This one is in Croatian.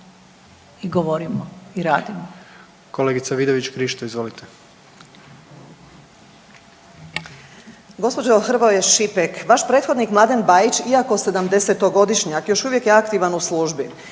i govorimo i radimo.